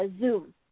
zoom